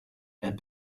and